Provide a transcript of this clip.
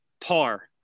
par